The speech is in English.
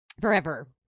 forever